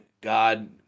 God